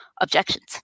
objections